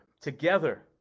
together